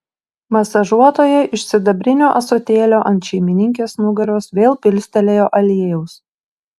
masažuotoja iš sidabrinio ąsotėlio ant šeimininkės nugaros vėl pilstelėjo aliejaus